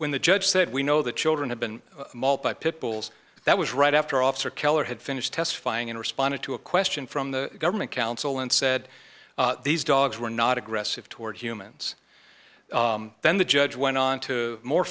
when the judge said we know the children have been mauled by pit bulls that was right after officer keller had finished testifying and responded to a question from the government counsel and said these dogs were not aggressive toward humans then the judge went on to more